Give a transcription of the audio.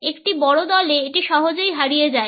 একটি বড় দলে এটি সহজেই হারিয়ে যায়